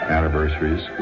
Anniversaries